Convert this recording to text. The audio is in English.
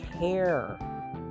care